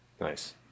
Nice